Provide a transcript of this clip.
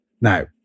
Now